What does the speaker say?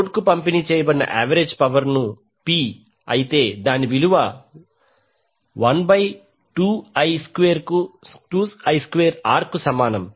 లోడ్కు పంపిణీ చేయబడిన యావరేజ్ పవర్ ను P అయితే దాని విలువ 1 బై 2 I స్క్వేర్ R కు సమానం